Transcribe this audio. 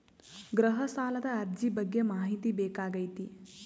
ಗೃಹ ಸಾಲದ ಅರ್ಜಿ ಬಗ್ಗೆ ಮಾಹಿತಿ ಬೇಕಾಗೈತಿ?